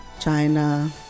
China